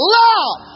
love